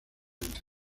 españa